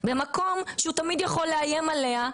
במקום שבו הוא תמיד יכול לאיים עליה,